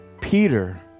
Peter